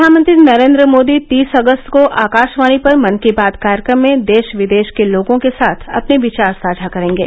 प्रधानमंत्री नरेंद्र मोदी तीस अगस्त को आकाशवाणी पर मन की बात कार्यक्रम में देश विदेश के लोगों के साथ अपने विचार साझा करेंगे